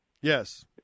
Yes